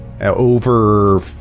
over